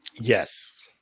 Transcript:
yes